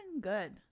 good